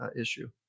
issue